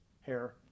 hair